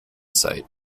site